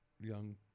young